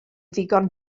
ddigon